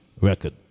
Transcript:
record